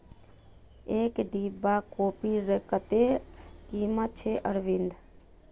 एक डिब्बा कॉफीर कत्ते कीमत छेक अरविंद